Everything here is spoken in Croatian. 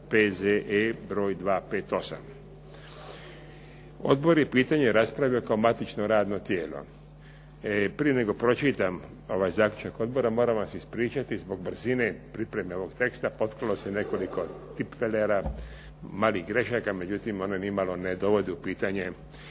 P.Z.E. br. 258. Odbor je pitanje raspravio kao matično radno tijelo. Prije nego pročitam ovaj zaključak odbora moram vam se ispričati zbog brzine pripreme ovog teksta, potkralo se nekoliko tipfelera, malih grešaka. Međutim, ono ni malo ne dovodi u pitanje